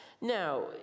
Now